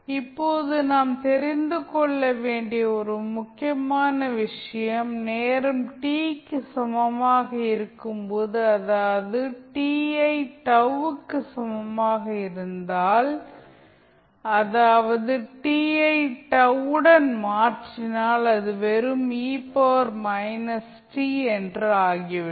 இப்போது நாம் தெரிந்து கொள்ள வேண்டிய ஒரு முக்கியமான விஷயம் நேரம் t க்கு சமமாக இருக்கும்போது அதாவது t ஐ τ க்கு சமமாக இருந்தால் அதாவது t ஐ τ உடன் மாற்றினால் இது வெறும் என்று ஆகிவிடும்